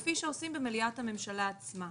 כפי שעושים במליאת הממשלה עצמה.